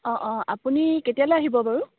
অঁ অঁ আপুনি কেতিয়ালৈ আহিব বাৰু